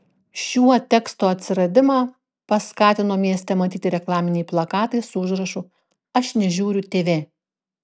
šiuo teksto atsiradimą paskatino mieste matyti reklaminiai plakatai su užrašu aš nežiūriu tv